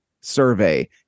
survey